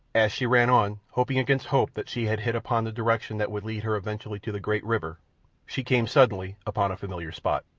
as she ran on, hoping against hope that she had hit upon the direction that would lead her eventually to the great river she came suddenly upon a familiar spot.